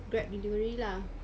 Grab delivery lah